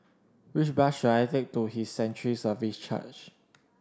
which bus should I take to His Sanctuary Services Church